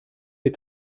les